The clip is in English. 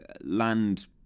land